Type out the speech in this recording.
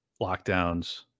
lockdowns